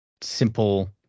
simple